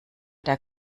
der